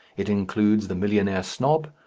it includes the millionaire snob,